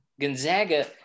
Gonzaga